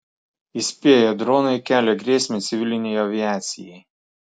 įspėja dronai kelia grėsmę civilinei aviacijai